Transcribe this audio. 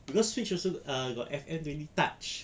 cause switch also uh got F_M twenty touch